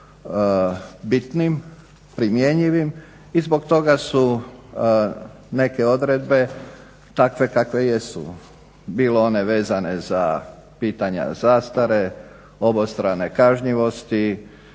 bitnim, primjenjivim i zbog toga su neke odredbe takve kakve jesu. Bilo one vezane za pitanja zastare, obostrane kažnjivosti,